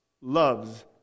loves